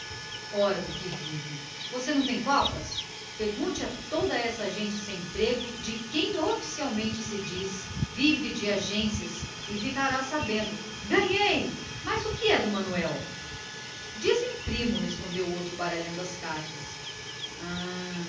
ora do que vive você não tem copas pergunte a toda essa gente sem emprego de quem oficialmente se diz vive de agências e ficarás sabendo ganhei mas o que é ele do manuel diz que primo respondeu o outro baralhando as cartas ah